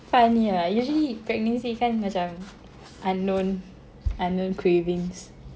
funny lah usually pregnancy kan macam unknown unknown cravings